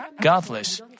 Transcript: godless